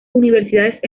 universidades